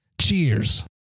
Cheers